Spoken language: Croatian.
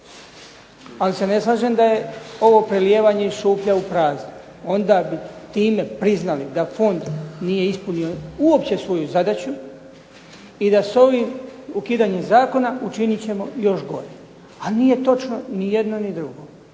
ali se ne slažem da je ovo prelijevanje iz šupljeg u prazno, onda bi time priznali da Fond nije ispunio uopće svoju zadaću i da s ovim ukidanjem Zakona učiniti ćemo još gore a nije točno ni jedno ni drugo.